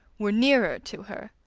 were nearer to her.